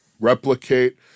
replicate